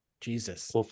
Jesus